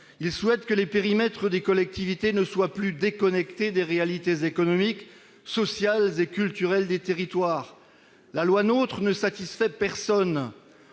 ils souhaitent que les périmètres des collectivités ne soient plus déconnectés des réalités économiques, sociales et culturelles des territoires. La loi du 7 août 2015 portant